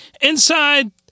inside